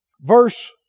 verse